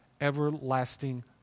everlasting